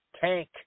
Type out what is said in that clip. tank